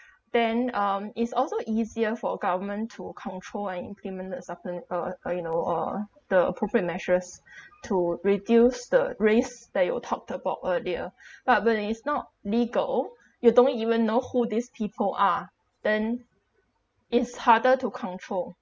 then um is also easier for government to control and implement the suppen- uh uh you know uh the appropriate measures to reduce the raise that you talked about earlier but when is not legal you don't even know who these people are then it's harder to control